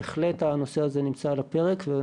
בהחלט הנושא הזה נמצא על הפרק ואנחנו